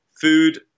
food